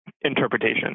Interpretation